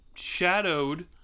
shadowed